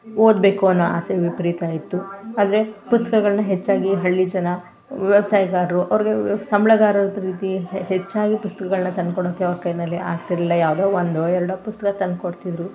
ಓದಬೇಕು ಅನ್ನೋ ಆಸೆ ವಿಪರೀತ ಇತ್ತು ಆದರೆ ಪುಸ್ತಕಗಳ್ನ ಹೆಚ್ಚಾಗಿ ಹಳ್ಳಿ ಜನ ವ್ಯವಸಾಯಗಾರರು ಅವ್ರಿಗೆ ವ್ಯ ಸಂಬಳಗಾರರ ರೀತಿ ಹೆಚ್ಚಾಗಿ ಪುಸ್ತಕಗಳ್ನ ತಂದುಕೊಡೋಕೆ ಅವ್ರ ಕೈಯಲ್ಲಿ ಆಗ್ತಿರಲಿಲ್ಲ ಯಾವುದೋ ಒಂದೋ ಎರಡೋ ಪುಸ್ತಕ ತಂದುಕೊಡ್ತಿದ್ರು